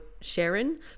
Sharon